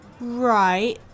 Right